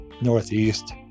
northeast